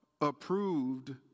approved